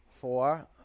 Four